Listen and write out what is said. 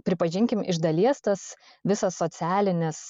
pripažinkim iš dalies tas visas socialinis